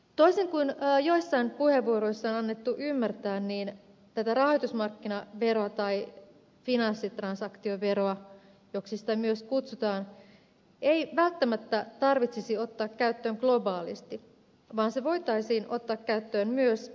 toisin kuin joissain puheenvuoroissa on annettu ymmärtää tätä rahoitusmarkkinaveroa tai finanssitransaktioveroa joksi sitä myös kutsutaan ei välttämättä tarvitsisi ottaa käyttöön globaalisti vaan se voitaisiin ottaa käyttöön myös alueellisesti